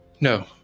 No